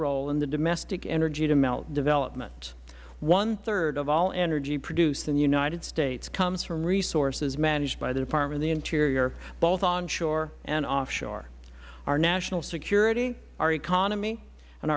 role in the domestic energy development one third of all energy produced in the united states comes from resources managed by the department of the interior both onshore and offshore our national security our economy and